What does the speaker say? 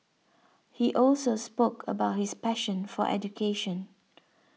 he also spoke about his passion for education